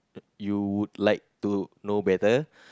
you would like to know better